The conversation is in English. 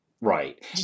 Right